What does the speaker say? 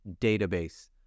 database